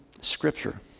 Scripture